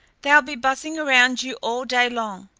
they'll be buzzing around you all day long.